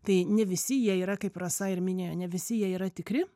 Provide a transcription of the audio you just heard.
tai ne visi jie yra kaip rasa ir minėjo ne visi jie yra tikri